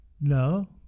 No